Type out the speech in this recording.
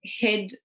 head